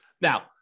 Now